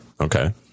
Okay